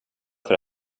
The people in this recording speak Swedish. för